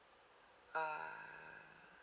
err